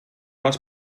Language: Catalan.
els